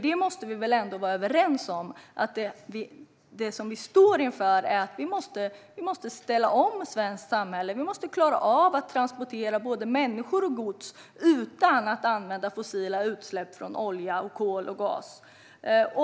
Vi måste väl ändå vara överens om att vi måste ställa om det svenska samhället? Vi måste klara av att transportera både människor och gods utan att det leder till fossila utsläpp från olja, kol och gas.